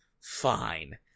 fine